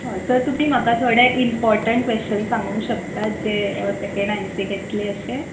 हय सर तुमी म्हाका थोडे इंम्पॉर्टंट क्वेशन सांगू शकता जे सॅकँड आय एसेक येतले अशे